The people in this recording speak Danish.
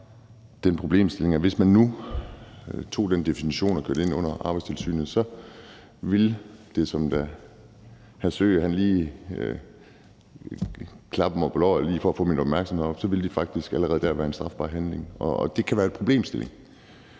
den problemstilling, at hvis man nu tog den definition og kørte ind under Arbejdstilsynet, ville det, da hr. Jeppe Søe lige klappede mig på låret for at få min opmærksomhed, allerede være en strafbar handling. Det kan være en problemstilling,